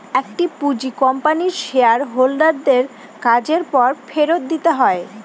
একটি পুঁজি কোম্পানির শেয়ার হোল্ডার দের কাজের পর ফেরত দিতে হয়